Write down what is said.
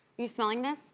you smelling this